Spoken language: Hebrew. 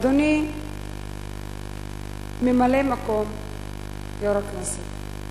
אדוני ממלא-מקום יו"ר הכנסת.